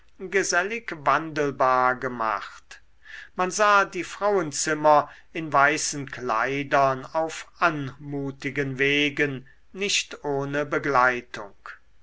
gesellig wandelbar gemacht man sah die frauenzimmer in weißen kleidern auf anmutigen wegen nicht ohne begleitung